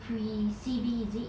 pre C_B is it